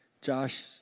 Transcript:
Josh